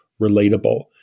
relatable